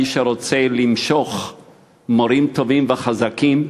מי שרוצה למשוך מורים טובים וחזקים,